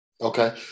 Okay